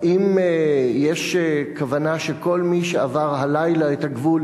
האם יש כוונה שכל מי שעבר הלילה את הגבול